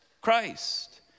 Christ